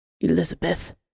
Elizabeth